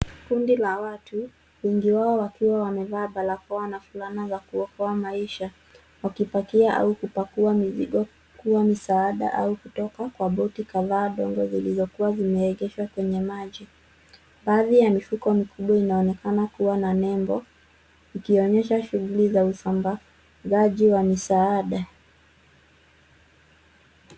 Kundi la watu, wengi wao wakiwa wamevaa barakoa na fulana za kuokoa maisha, wakipakia au kupakua mizigo za kutoa msaada au kutoka kwa boti kadhaa ndogo zilizokua zimeegeshwa kwenye maji. Baadhi ya mifuko mikubwa inaonekana kuwa na nembo ikionyesha shughuli za usambazaji wa misaada.